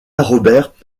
roberts